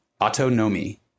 autonomy